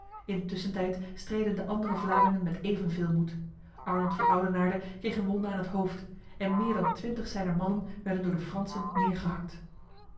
intussentijd streden de andere vlamingen met evenveel moed arnold van oudenaarde kreeg een wonde aan het hoofd en meer dan twintig zijner mannen werden door de fransen neergehakt